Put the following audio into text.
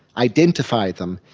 identified them,